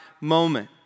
moment